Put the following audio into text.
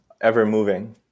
ever-moving